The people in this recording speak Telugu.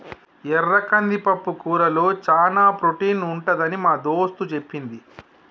ఎర్ర కంది పప్పుకూరలో చానా ప్రోటీన్ ఉంటదని మా దోస్తు చెప్పింది